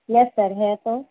یس sir ہے تو